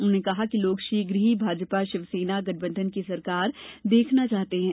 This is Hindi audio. उन्होंने कहा कि लोग शीघ्र ही भाजपा शिवसेना गठबंधन की सरकार देखना चाहते हैं